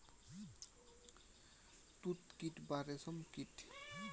তুত কীট বা রেশ্ম কীট